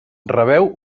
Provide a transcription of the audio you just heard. rebeu